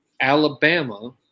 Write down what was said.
Alabama